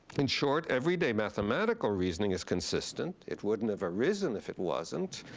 in short, everyday mathematical reasoning is consistent. it wouldn't have arisen if it wasn't.